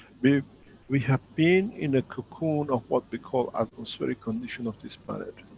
we we have been in a cocoon of what we call atmospheric condition of this planet.